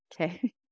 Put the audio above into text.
Okay